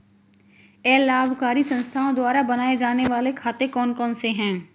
अलाभकारी संस्थाओं द्वारा बनाए जाने वाले खाते कौन कौनसे हैं?